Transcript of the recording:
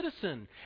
citizen